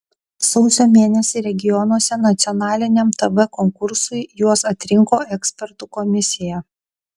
sausio mėnesį regionuose nacionaliniam tv konkursui juos atrinko ekspertų komisija